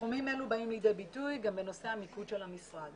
תחומים אלו באים לידי ביטוי גם בנושא המיקוד של המשרד.